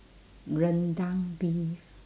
rendang beef